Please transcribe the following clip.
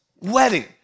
wedding